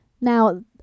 Now